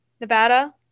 Nevada